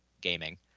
gaming